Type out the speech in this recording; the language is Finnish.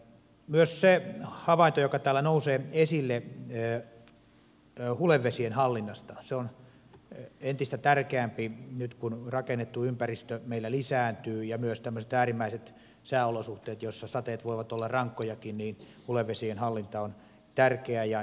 myös se havainto joka täällä nousee esille hulevesien hallinnasta on entistä tärkeämpi nyt kun rakennettu ympäristö meillä lisääntyy ja myös tämmöiset äärimmäiset sääolosuhteet joissa sateet voivat olla rankkojakin tekevät hulevesien hallinnasta tärkeää